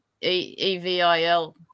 EVIL